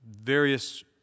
Various